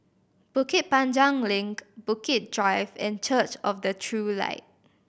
Bukit Panjang Link Bukit Drive and Church of the True Light